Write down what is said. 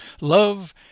love